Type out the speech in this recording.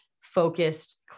focused